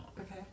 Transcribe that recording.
okay